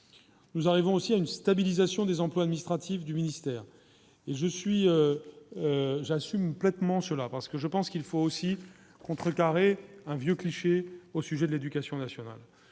nous arrivons aussi à une stabilisation des emplois administratifs du ministère et je suis, j'assume. Complètement cela parce que je pense qu'il faut aussi contrecarrer un vieux cliché au sujet de l'Éducation nationale,